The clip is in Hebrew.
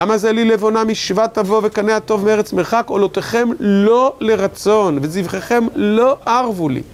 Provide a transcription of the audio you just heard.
למה זה לי לבונה משבא תבוא וקנה הטוב מארץ מרחק, עולותיכם לא לרצון, וזבחיכם לא ערבו לי.